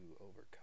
overcome